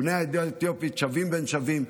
בני העדה האתיופית שווים בין שווים.